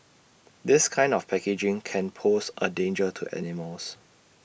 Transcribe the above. this kind of packaging can pose A danger to animals